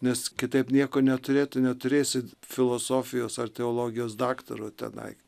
nes kitaip nieko neturėtų neturėsit filosofijos ar teologijos daktaro tenai